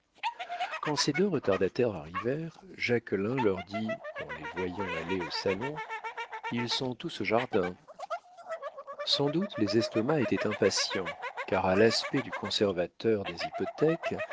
quand ces deux retardataires arrivèrent jacquelin leur dit en les voyant aller au salon ils sont tous au jardin sans doute les estomacs étaient impatients car à l'aspect du conservateur des hypothèques